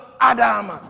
Adam